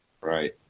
Right